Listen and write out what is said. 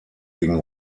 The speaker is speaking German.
gegen